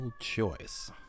choice